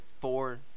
four